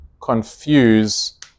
confuse